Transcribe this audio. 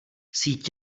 síť